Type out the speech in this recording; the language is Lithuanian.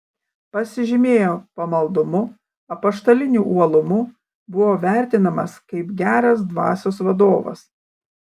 pasižymėjo pamaldumu apaštaliniu uolumu buvo vertinamas kaip geras dvasios vadovas